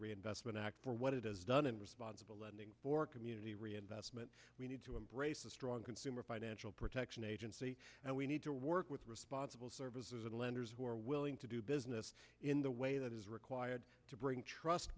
reinvestment act for what it has done in responsible lending for community reinvestment we need to embrace a strong consumer financial protection agency and we need to work with responsible services and lenders who are willing to do business in the way that is required to bring trust